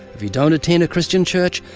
if you don't attend a christian church,